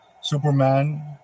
Superman